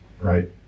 right